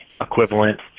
equivalent